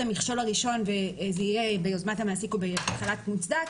המכשול הראשון וזה יהיה ביוזמת המעסיק או בחל"ת מוצדק,